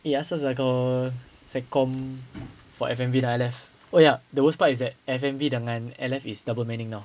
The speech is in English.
he ask us like uh sec com for F_M_V I left oh ya the worst part is that F_M_V dengan L_F is double meaning now